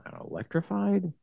electrified